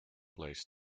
plays